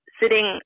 sitting